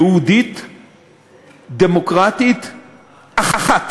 יהודית-דמוקרטית אחת.